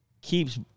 keeps